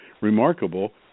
remarkable